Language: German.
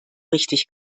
richtig